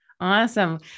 Awesome